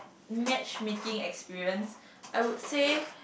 matchmaking experience I would say